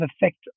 effect